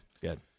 Good